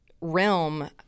realm